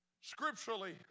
scripturally